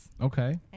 Okay